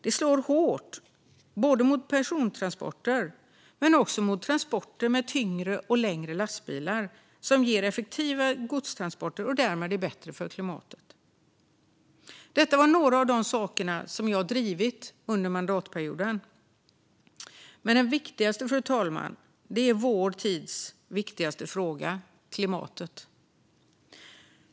Detta slår hårt mot både persontransporter och transporter med tyngre och längre lastbilar, som ger effektiva godstransporter och därmed är bättre för klimatet. Detta var några av de saker som jag har drivit under mandatperioden, men den viktigaste, fru talman, är vår tids största fråga: klimatet.